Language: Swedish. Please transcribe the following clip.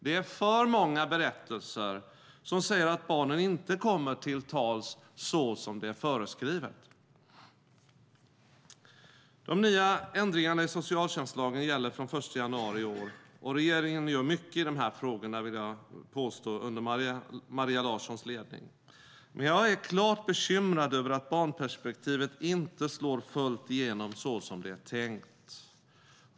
Det är för många berättelser som säger att barnen inte kommer till tals så som det är föreskrivet i lagen. De nya ändringarna i socialtjänstlagen gäller från den 1 januari i år. Jag vill påstå att regeringen gör mycket i dessa frågor under Maria Larssons ledning. Men jag är klart bekymrad över att barnperspektivet inte slår fullt igenom så som det är tänkt.